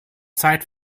zeit